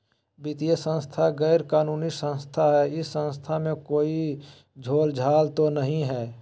वित्तीय संस्था गैर कानूनी संस्था है इस संस्था में कोई झोलझाल तो नहीं है?